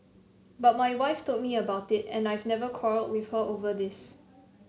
but my wife told me about it and I've never quarrelled with her over this